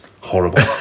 Horrible